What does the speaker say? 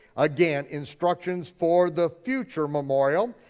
again, instructions for the future memorial,